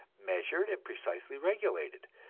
measured and precisely regulated,